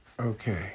Okay